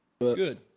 Good